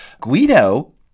guido